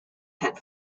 had